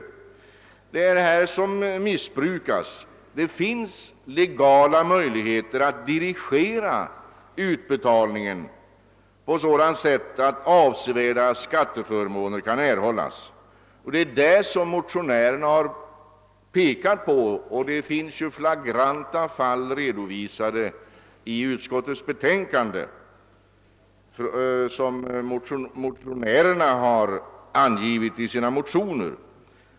Det är här missbruk förekommer. Det finns legala möjligheter att dirigera utbetalningen på sådant sätt att avsevärda skatteförmåner kan erhållas. Motionärerna har framhållit just detta, och flagranta fall som återfinnes i motionerna har redovisats i utskottets betänkande.